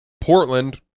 Portland